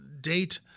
date